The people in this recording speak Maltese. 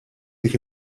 dik